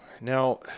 Now